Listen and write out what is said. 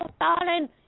darling